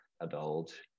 adult